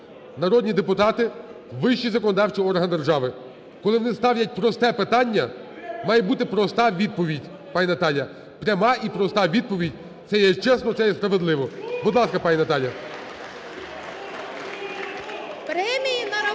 Народні депутати – вищий законодавчий орган держави. Коли вони ставлять просте питання, має бути проста відповідь, пані Наталя, пряма і проста відповідь. Це є чесно, це є справедливо. Будь ласка, пані Наталія.